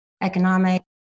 economic